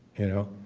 you know.